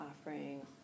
offering